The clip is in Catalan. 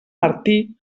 martí